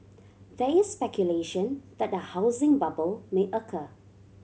there is speculation that a housing bubble may occur